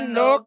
no